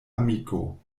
amiko